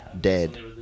dead